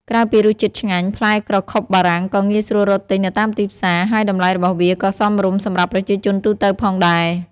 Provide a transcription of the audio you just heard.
ក្រៅពីរសជាតិឆ្ងាញ់ ផ្លែក្រខុបបារាំងក៏ងាយស្រួលរកទិញនៅតាមទីផ្សារ ហើយតម្លៃរបស់វាក៏សមរម្យសម្រាប់ប្រជាជនទូទៅផងដែរ។